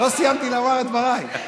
רגע, לא סיימתי לומר את דבריי.